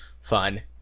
fun